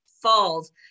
Falls